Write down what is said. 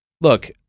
look